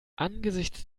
angesichts